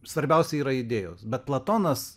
svarbiausia yra idėjos bet platonas